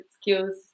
skills